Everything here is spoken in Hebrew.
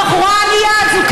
הבחורה הענייה הזאת,